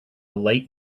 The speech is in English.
late